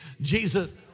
Jesus